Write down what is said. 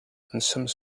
some